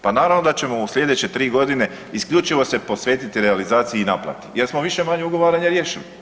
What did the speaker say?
Pa naravno da ćemo u slijedeće 3 godine isključivo se posvetiti realizaciji i naplati jer smo više-manje ugovaranja riješili.